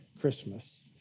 Christmas